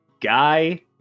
guy